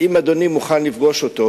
אם אדוני מוכן לפגוש אותו,